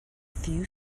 few